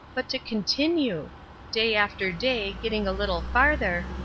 but to continue day after day getting a little farther,